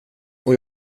och